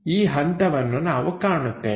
ಈ ಹಂತವನ್ನು ನಾವು ಕಾಣುತ್ತೇವೆ